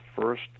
first